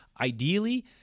ideally